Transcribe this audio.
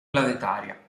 planetaria